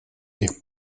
тех